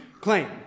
claim